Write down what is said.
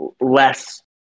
less